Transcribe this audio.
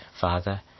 Father